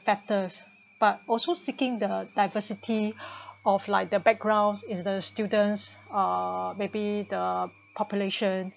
factors but also seeking the diversity of like the background is those students uh maybe the population